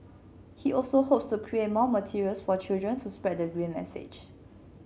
he also hopes to create more materials for children to spread the green message